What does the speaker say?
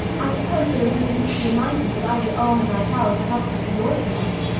i suppose there is no use to remind you that i did all in my power to help you to your chance.